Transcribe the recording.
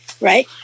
right